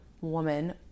woman